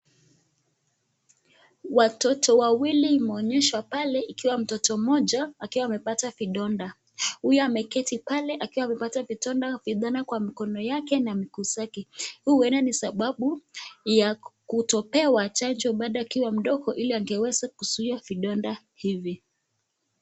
Watoto wawili wameonyeshwa pale wakiwa mtoto mmoja akiwa amepata vidonda. Huyu ameketi pale akiwa amepata vidonda ,vidonda kwa mkono yake na miguu zake. Hii huenda ni sababu ya kutopewa chanjo bado akiwa mdogo ili angeweza kuzuia vidonda hivi.